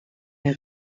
der